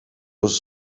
was